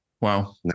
Wow